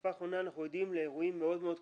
בתקופה האחרונה אנחנו עדים לאירועים מאוד מאוד קשים.